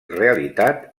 realitat